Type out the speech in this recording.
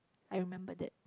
I remember that